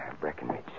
Breckenridge